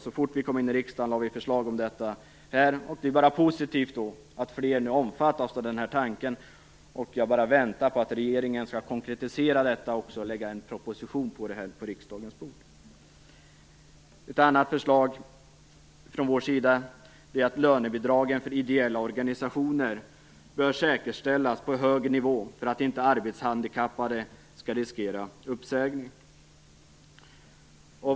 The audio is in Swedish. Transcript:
Så fort vi kom in i riksdagen lade vi förslag om det, och det är positivt att flera nu omfattas av den tanken. Jag väntar bara på att regeringen skall konkretisera detta och lägga en proposition om detta på riksdagens bord. Ett annat förslag från vår sida är att lönebidragen för ideella organisationer bör säkerställas på hög nivå för att arbetshandikappade inte skall riskera uppsägning.